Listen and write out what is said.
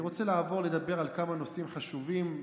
אני רוצה לעבור לדבר על כמה נושאים חשובים,